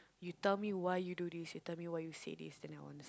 you tell me why you do this you tell me why you say this then I won't